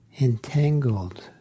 entangled